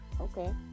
Okay